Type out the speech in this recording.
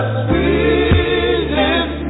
sweetest